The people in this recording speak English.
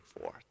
forth